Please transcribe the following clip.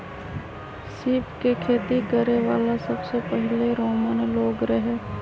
सीप के खेती करे वाला सबसे पहिले रोमन लोग रहे